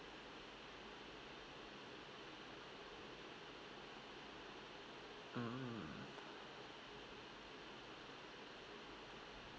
mm